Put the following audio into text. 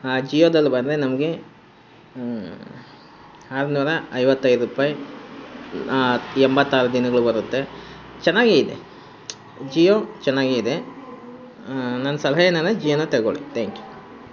ಜಿಯೋದಲ್ಲಿ ಬಂದರೆ ನಮಗೆ ಆರುನೂರ ಐವತ್ತೈದು ರೂಪಾಯಿ ಎಂಬತ್ತಾರು ದಿನಗಳು ಬರುತ್ತೆ ಚೆನ್ನಾಗೆ ಇದೆ ಜಿಯೋ ಚೆನ್ನಾಗೆ ಇದೆ ನನ್ನ ಸಲಹೆ ಏನನ ಜಿಯೋನೆ ತಗೊಳ್ಳಿ ತ್ಯಾಂಕ್ ಯು